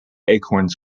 acorns